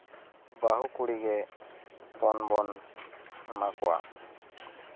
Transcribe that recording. ᱵᱟᱹᱜᱩ ᱠᱩᱲᱤ ᱜᱮ ᱯᱚᱱ ᱵᱚᱱ ᱮᱢᱟ ᱠᱚᱣᱟ